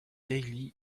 daily